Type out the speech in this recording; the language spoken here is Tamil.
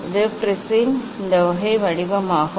இது ப்ரிஸின் இந்த வகை வடிவமாகும்